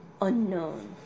unknown